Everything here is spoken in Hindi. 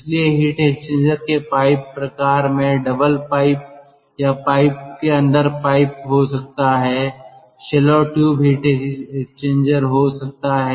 इसलिए हीट एक्सचेंजर के पाइप प्रकार में डबल पाइप या पाइप के अंदर पाइप हो सकता है शेल और ट्यूब हीट एक्सचेंजर हो सकता है